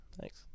Thanks